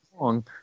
long